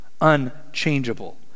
Unchangeable